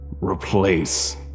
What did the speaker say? Replace